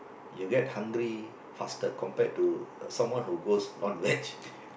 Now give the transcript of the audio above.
you get hungry faster compared to someone who go non veg